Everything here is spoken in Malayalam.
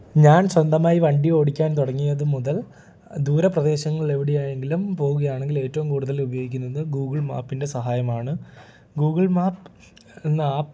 ഞാൻ സ്വന്തമായി വണ്ടി ഓടിക്കാൻ തുടങ്ങിയത് മുതൽ ദൂരപ്രദേശങ്ങളിൽ എവിടെയായെങ്കിലും പോവുക ആണെങ്കിൽ ഏറ്റവും കൂടുതൽ ഉപയോഗിക്കുന്നത് ഗൂഗിൾ മാപ്പിൻ്റെ സഹായമാണ് ഗൂഗിൾ മാപ്പ് എന്ന ആപ്പ്